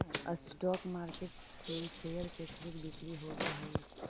stock market में share के खरीद बिक्री होवऽ हइ